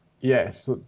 yes